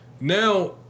now